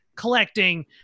Collecting